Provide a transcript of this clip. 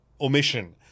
omission